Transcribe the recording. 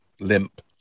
limp